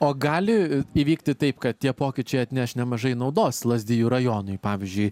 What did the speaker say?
o gali įvykti taip kad tie pokyčiai atneš nemažai naudos lazdijų rajonui pavyzdžiui